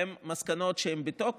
הן מסקנות בתוקף.